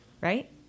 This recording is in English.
right